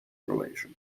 relation